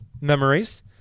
Memories